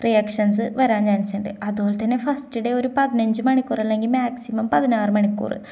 reactions വരാൻ ചാൻസുണ്ട് അതുപോലെ തന്നെ ഫസ്റ്റ് ഡേ ഒരു പതിനഞ്ച് മണിക്കൂർ അല്ലെങ്കില് മാക്സിമം പതിനാറ് മണിക്കൂര്